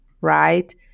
right